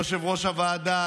יושב-ראש הוועדה,